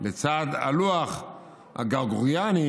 לצד הלוח הגרגוריאני,